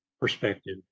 perspective